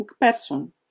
person